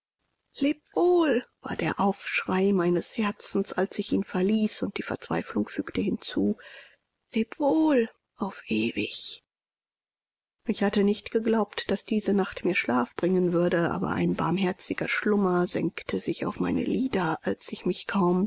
wohl war der aufschrei meines herzens als ich ihn verließ und die verzweiflung fügte hinzu leb wohl auf ewig ich hatte nicht geglaubt daß diese nacht mir schlaf bringen würde aber ein barmherziger schlummer senkte sich auf meine lider als ich mich kaum